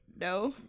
No